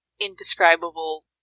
indescribable